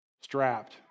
strapped